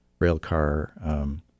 railcar